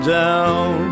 down